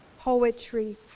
poetry